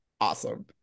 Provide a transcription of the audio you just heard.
Awesome